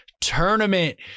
tournament